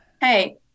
hey